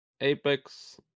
Apex